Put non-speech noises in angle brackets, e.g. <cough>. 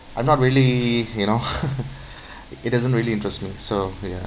I'm not really you know <laughs> <breath> it doesn't really interest me so ya